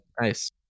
nice